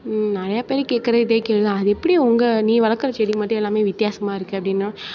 நிறையா பேர் கேக்கிற இதே கேள்வி தான் அது எப்படி உங்கள் நீ வளக்கிற செடி மட்டும் எல்லாம் வித்தியாசமாக இருக்கு அப்படீன்னு